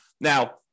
Now